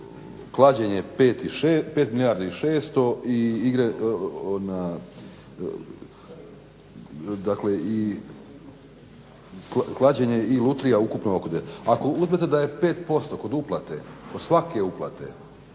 klađenje 5 milijardi i 600 i klađenje i lutrija ukupno oko …. Ako uzmete da je 5% kod uplate, svake uplate,